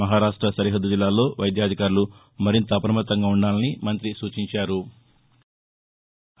మహారాష్ట సరిహద్ద జిల్లాల వైద్యాధికారులు మరింత అప్రమత్తంగా ఉండాలని మంత్రి సూచించారు